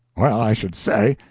well, i should say!